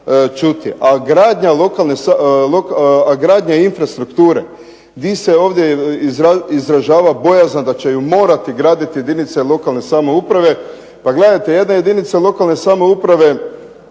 čuti. A gradnja infrastrukture, gdje se ovdje izražava bojazan da će ju morati graditi jedinice lokalne samouprave pa gledajte jedna jedinica lokalne samouprave